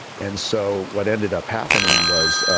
and so what ended up happening was,